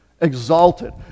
exalted